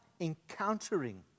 encountering